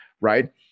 Right